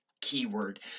keyword